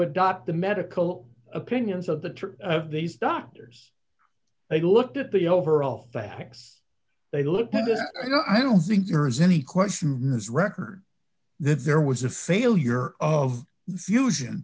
adopt the medical opinions of the of these doctors they looked at the overall facts they looked and that you know i don't think there is any question as record that there was a failure of the fusion